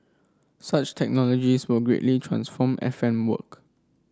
such technologies will greatly transform F M work